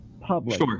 public